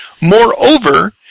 Moreover